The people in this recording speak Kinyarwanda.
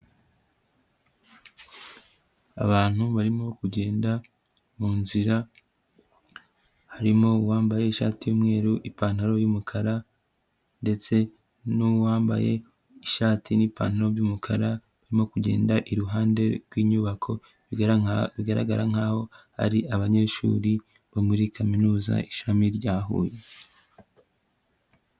Abantu barimo kugenda mu nzira, harimo uwambaye ishati y'umweru, ipantaro y'umukara ndetse n'uwambaye ishati n'ipantaro by'umukara barimo kugenda iruhande rwinyubako, bigaragara nk'aho ari abanyeshuri bo muri kaminuza ishami rya Huye.